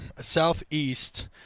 southeast